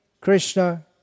Krishna